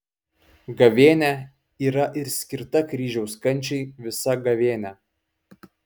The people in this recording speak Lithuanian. gavėnia yra ir skirta kryžiaus kančiai visa gavėnia